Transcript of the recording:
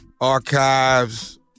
archives